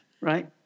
Right